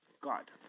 God